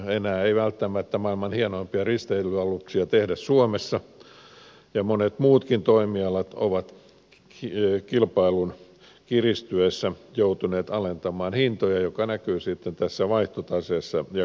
enää ei välttämättä maailman hienoimpia risteilyaluksia tehdä suomessa ja monet muutkin toimialat ovat kilpailun kiristyessä joutuneet alentamaan hintoja mikä näkyy sitten tässä vaihtotaseessa ja kannattavuudessa